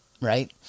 right